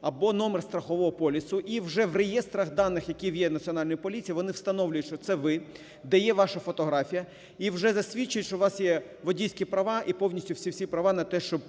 або номер страхового полісу. І вже в реєстрах даних, які є в Національної поліції, вони встановлюють, що це ви, де є ваша фотографія, і вже засвідчують, що у вас є водійські права, і повністю всі, всі права на те, щоб